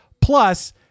Plus